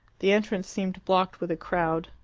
the entrance seemed blocked with a crowd.